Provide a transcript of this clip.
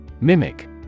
Mimic